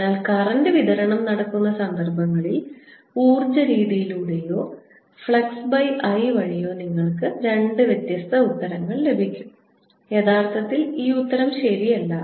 അതിനാൽ കറന്റ് വിതരണം നടക്കുന്ന സന്ദർഭങ്ങളിൽ ഊർജ്ജ രീതിയിലൂടെയോ ഫ്ലക്സ്I വഴിയോ നിങ്ങൾക്ക് രണ്ട് വ്യത്യസ്ത ഉത്തരങ്ങൾ ലഭിക്കും യഥാർത്ഥത്തിൽ ഈ ഉത്തരം ശരിയല്ല